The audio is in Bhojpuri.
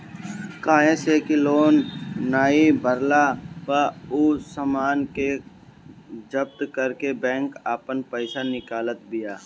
काहे से कि लोन नाइ भरला पअ उ सामान के जब्त करके बैंक आपन पईसा निकालत बिया